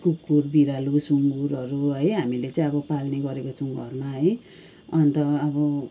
कुकुर बिरालो सुँगुरहरू है हामीले चाहिँ अब पाल्ने गरेको छौँ घरमा है अन्त अब